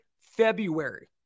February